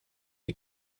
die